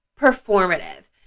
performative